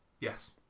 Yes